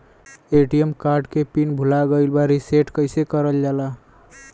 ATM card के pin भूला गइल बा रीसेट कईसे करल जाला?